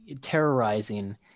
terrorizing